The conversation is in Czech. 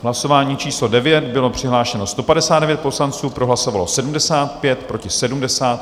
Hlasování číslo 9, bylo přihlášeno 159 poslanců, pro hlasovalo 75, proti 70.